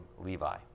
Levi